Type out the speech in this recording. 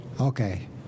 okay